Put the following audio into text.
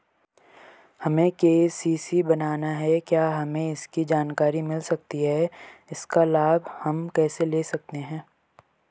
हमें के.सी.सी बनाना है क्या हमें इसकी जानकारी मिल सकती है इसका लाभ हम कैसे ले सकते हैं?